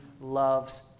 loves